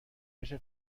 بشه